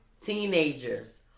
teenagers